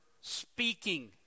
speaking